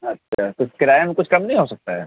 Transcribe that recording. اچھا تو اس کرایے میں کچھ کم نہیں ہو سکتا ہے